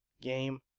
game